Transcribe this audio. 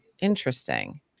Interesting